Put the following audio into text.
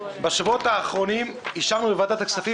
בשבועות האחרונים אישרנו בוועדת הכספים